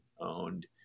owned